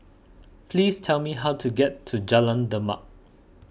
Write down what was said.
please tell me how to get to Jalan Demak